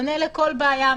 עונה לכל בעיה,